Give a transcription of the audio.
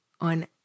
on